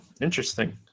interesting